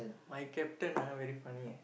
my captain ah very funny eh